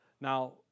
Now